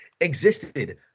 existed